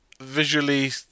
visually